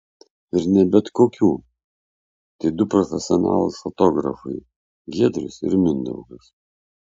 ir ne bet kokių tai du profesionalūs fotografai giedrius ir mindaugas